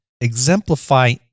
exemplify